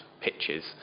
pitches